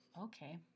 Okay